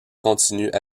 continuent